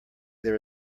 there